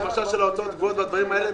למשל של ההוצאות הקבועות והדברים האלה,